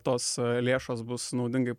tos lėšos bus naudingai